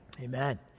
Amen